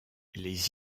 les